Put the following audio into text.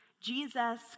Jesus